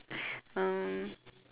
um